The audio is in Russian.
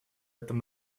этом